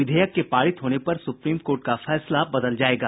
विधेयक के पारित होने पर सुप्रीम कोर्ट का फैसला बदल जायेगा